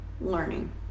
learning